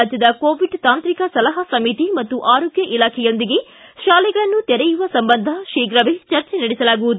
ರಾಜ್ಯದ ಕೋವಿಡ್ ತಾಂತ್ರಿಕ ಸಲಹಾ ಸಮಿತಿ ಮತ್ತು ಆರೋಗ್ಯ ಇಲಾಖೆಯೊಂದಿಗೆ ತಾಲೆಗಳನ್ನು ತೆರೆಯುವ ಸಂಬಂಧ ಶೀಘವೇ ಚರ್ಚೆ ನಡೆಸಲಾಗುವುದು